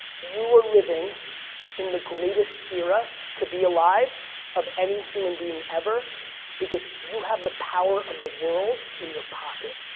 you are living in the greatest era to be alive of any human being ever because you have the power of the world in your pocket,